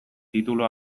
titulu